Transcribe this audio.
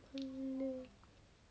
我很累